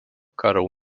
karų